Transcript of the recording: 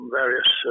various